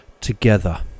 Together